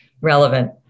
relevant